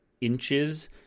inches